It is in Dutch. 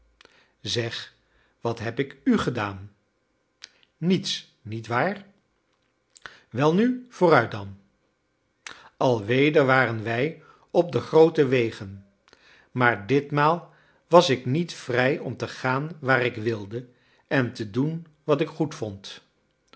zeg wat heb ik u gedaan niets nietwaar welnu vooruit dan alweder waren wij op de groote wegen maar ditmaal was ik niet vrij om te gaan waar ik wilde en te doen wat ik goedvond